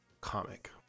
comic